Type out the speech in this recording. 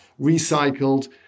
recycled